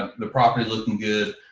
ah the properties looking good,